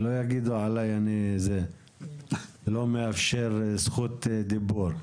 שלא יגידו שאני לא מאפשר זכות דיבור,